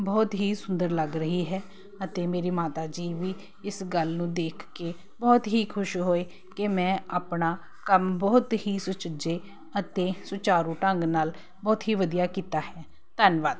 ਬਹੁਤ ਹੀ ਸੁੰਦਰ ਲੱਗ ਰਹੀ ਹੈ ਅਤੇ ਮੇਰੀ ਮਾਤਾ ਜੀ ਵੀ ਇਸ ਗੱਲ ਨੂੰ ਦੇਖ ਕੇ ਬਹੁਤ ਹੀ ਖੁਸ਼ ਹੋਏ ਕਿ ਮੈਂ ਆਪਣਾ ਕੰਮ ਬਹੁਤ ਹੀ ਸੁਚੱਜੇ ਅਤੇ ਸੁਚਾਰੂ ਢੰਗ ਨਾਲ ਬਹੁਤ ਹੀ ਵਧੀਆ ਕੀਤਾ ਹੈ ਧੰਨਵਾਦ